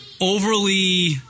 overly